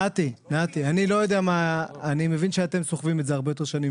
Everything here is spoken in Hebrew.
אני מבין שאתם סוחבים את זה הרבה יותר שנים